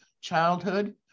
childhood